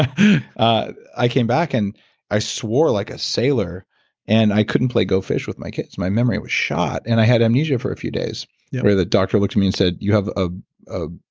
i i came back and i swore like a sailor and i couldn't play go fish with my kids, my memory was shot. and i had amnesia for a few days where the doctor looked at me and said, you have ah ah